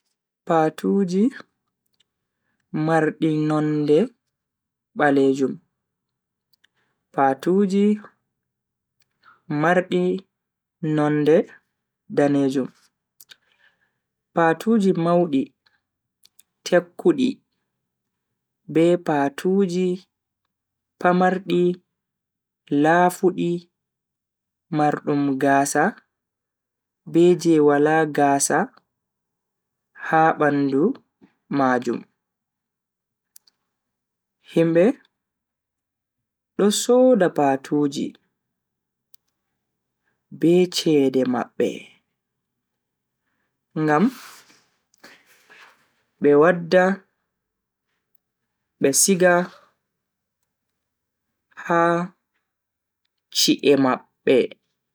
patuuji mardi nonde baleejum, patuuji mardi nonde danejum. Patuuji maudi tekkudi be patuuji pamardi laafudi mardum gaasa be je wala gaasa ha bandu majum. Himbe do soda patuuji be cede mabbe ngam be wadda be siga ha chi'e mabbe.